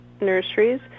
nurseries